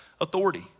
authority